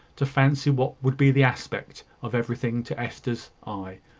to fancy what would be the aspect, of everything to hester's eye.